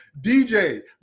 DJ